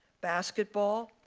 basketball,